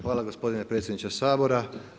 Hvala gospodine predsjedniče Sabora.